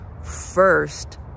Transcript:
first